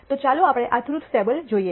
તો ચાલો આપણે આ ટ્રુથ ટેબલ જોઈએ